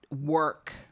work